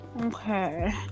Okay